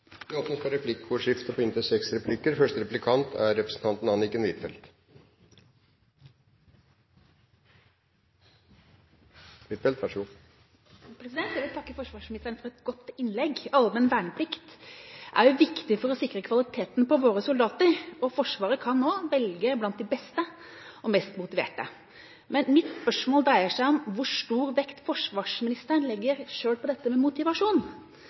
Det blir replikkordskifte. Jeg vil takke forsvarsministeren for et godt innlegg. Allmenn verneplikt er jo viktig for å sikre kvaliteten på våre soldater, og Forsvaret kan nå velge blant de beste og mest motiverte. Mitt spørsmål dreier seg om hvor stor vekt forsvarsministeren legger på dette med motivasjon,